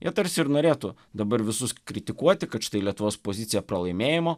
ir tarsi ir norėtų dabar visus kritikuoti kad štai lietuvos pozicija pralaimėjimo